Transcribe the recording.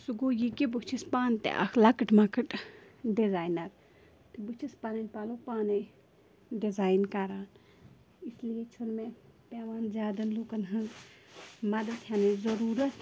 سُہ گوٚو یہِ کہِ بہٕ چھس پانہٕ تہِ اَکھ لۄکٕٹ مۄکٕٹ ڈِزاینَر بہٕ چھس پَنٕنۍ پَلَو پانَے ڈِزایِن کران اس لیے چھُنہٕ مےٚ پٮ۪وان زیادٕ لُکَن ہٕنٛز مدد ہٮ۪نچ ضُروٗرَتھ